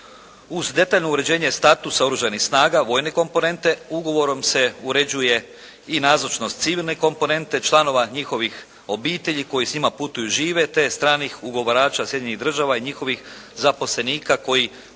Uz detaljno uređenje statusa oružanih snaga vojne komponente ugovorom se uređuje i nazočnost civilne komponente, članova njihovih obitelji koji s njima putuju i žive te stranih ugovarača Sjedinjenih Država i njihovih zaposlenika koji pružaju